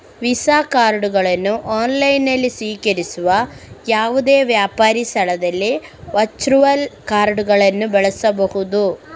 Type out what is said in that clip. visa ಕಾರ್ಡುಗಳನ್ನು ಆನ್ಲೈನಿನಲ್ಲಿ ಸ್ವೀಕರಿಸುವ ಯಾವುದೇ ವ್ಯಾಪಾರಿ ಸ್ಥಳದಲ್ಲಿ ವರ್ಚುವಲ್ ಕಾರ್ಡುಗಳನ್ನು ಬಳಸಬಹುದು